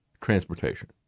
transportation